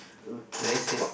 okay